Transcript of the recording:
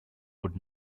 would